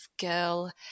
girl